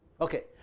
Okay